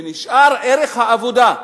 ונשאר ערך העבודה,